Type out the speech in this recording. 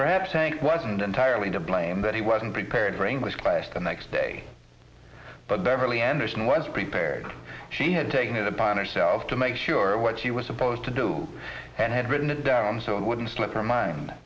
perhaps hank wasn't entirely to blame that he wasn't prepared for english class the next day but beverly anderson was prepared she had taken it upon herself to make sure what she was supposed to do and had written it down so it wouldn't slip her mind